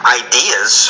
ideas